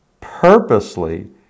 purposely